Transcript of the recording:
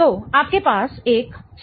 तो आपके पास एक C S C है